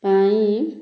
ପାଇଁ